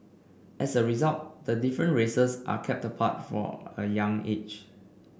as a result the different races are kept apart from a young age